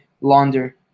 launder